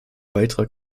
beitrag